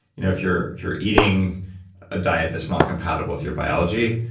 you know if you're you're eating a diet that's not compatible with your biology,